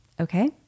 Okay